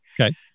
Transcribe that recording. Okay